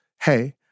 hey